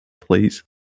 Please